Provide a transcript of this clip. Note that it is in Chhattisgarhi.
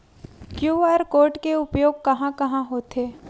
क्यू.आर कोड के उपयोग कहां कहां होथे?